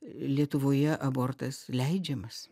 lietuvoje abortas leidžiamas